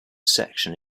section